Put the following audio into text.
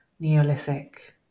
neolithic